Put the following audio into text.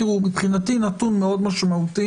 מבחינתי זה נתון מאוד משמעותי.